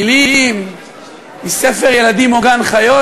מילים מספר ילדים או גן-חיות,